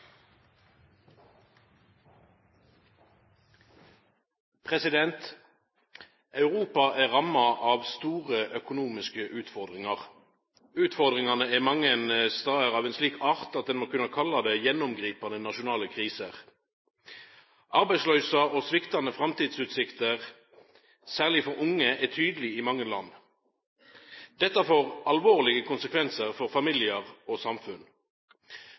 store økonomiske utfordringar. Utfordringane er mange stader av ein slik art at ein må kunna kalla det gjennomgripande nasjonale kriser. Arbeidsløysa og sviktande framtidsutsikter særleg for unge er tydelege i mange land. Dette får alvorlege konsekvensar for familiar og samfunn.